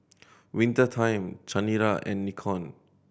Winter Time Chanira and Nikon